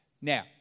Now